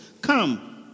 Come